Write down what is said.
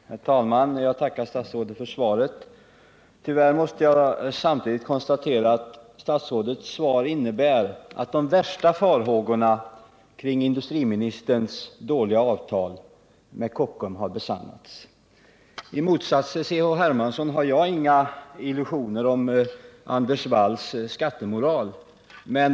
Herr talman! Jag tackar statsrådet för svaret. Tyvärr måste jag samtidigt konstatera att statsrådets svar innebär att de värsta farhågorna kring industriministerns dåliga avtal med Kockums har besannats. I motsats till C.-H. Hermansson har jag inga illusioner om Anders Walls skattemoral.